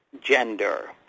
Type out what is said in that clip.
gender